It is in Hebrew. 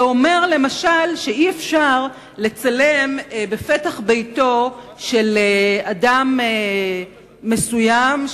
זה אומר למשל שאי-אפשר לצלם בפתח ביתו של אדם מסוים,